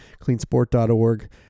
cleansport.org